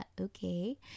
okay